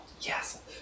yes